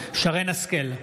שרן מרים השכל,